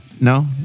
No